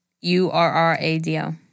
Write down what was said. U-R-R-A-D-O